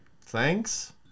thanks